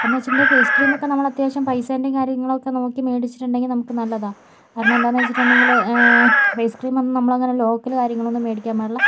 അപ്പോ എന്ന് വെച്ചിട്ടുണ്ടെങ്കിൽ ഫേസ് ക്രീം ഒക്കെ നമ്മള് അത്യാവശ്യം പൈസേൻറ്റെം കാര്യങ്ങളും ഒക്കെ നോക്കി മേടിച്ചിട്ടുണ്ടെങ്കിൽ നമുക്ക് നല്ലതാണ് കാരണം എന്താന്നു വെച്ചിട്ടുണ്ടെങ്കില് ഫേസ് ക്രീം ഒന്നും നമ്മൾ അങ്ങനെ ലോക്കൽ കാര്യങ്ങൾ ഒന്നും മേടിക്കാൻ പാടില്ല